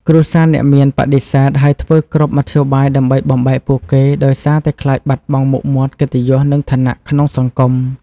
គ្រួសារអ្នកមានបដិសេធ ហើយធ្វើគ្រប់មធ្យោបាយដើម្បីបំបែកពួកគេ ដោយសារតែខ្លាចបាត់បង់មុខមាត់ កិត្តិយស និងឋានៈក្នុងសង្គម។